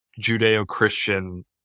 Judeo-Christian